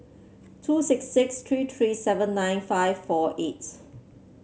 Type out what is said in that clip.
two six six three three seven nine five four eight